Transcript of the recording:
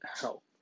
help